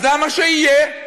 אז למה שיהיה?